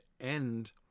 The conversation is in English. end